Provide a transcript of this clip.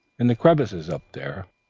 in the crevices up there,